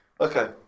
okay